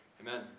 Amen